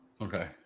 Okay